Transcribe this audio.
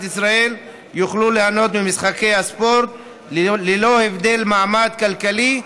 ישראל יוכלו ליהנות ממשחקי הספורט ללא הבדל של מעמד כלכלי,